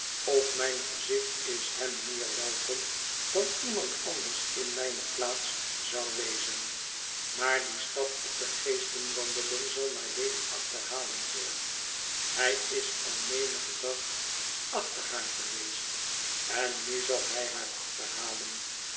of mijn gezicht is hem meer welkom dan iemand anders in mijne plaats zou wezen maar die stap op de geestenwandeling zal mylady achterhalen george hij is al menigen dag achter haar geweest en nu zal hij haar achterhalen